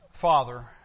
father